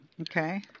okay